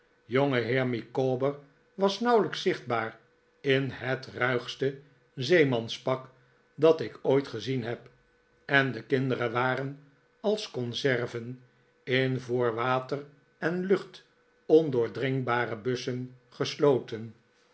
micawber was nauwelijks zichtbaar in het ruigste zeemanspak dat ik ooit gezien heb en de kinderen waren als conserven in voor water en lucht ondoordringbare bussen gesloten